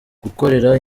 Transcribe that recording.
gukorera